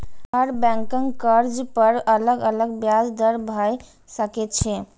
हर बैंकक कर्ज पर अलग अलग ब्याज दर भए सकै छै